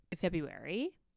February